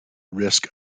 risk